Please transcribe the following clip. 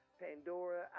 pandora